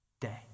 day